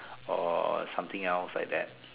or something else like that